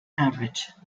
average